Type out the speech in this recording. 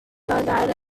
pagare